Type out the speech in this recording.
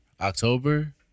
October